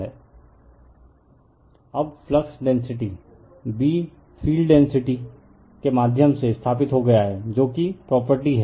refer slide time 0540 अब flux density B field intensity के माध्यम से स्थापित हो गया है जो कि प्रॉपर्टी है